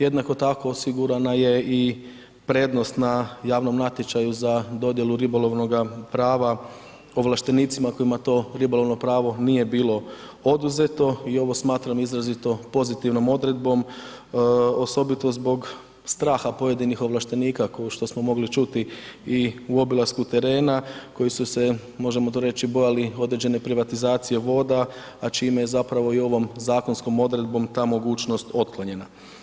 Jednako tako, osigurana je i prednost na javnom natječaju za dodjelu ribolovnoga prava ovlaštenicima kojima to ribolovno pravo nije bilo oduzeto i ovo smatram izrazito pozitivnom odredbom, osobito zbog straha pojedinih ovlaštenika, kao što smo mogli čuti i u obilasku terena koji su se, možemo to reći, bojali određene privatizacije voda, a čime je zapravo i ovom zakonskom odredbom ta mogućnost otklonjena.